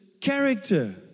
character